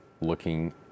looking